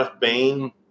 Bane